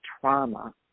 trauma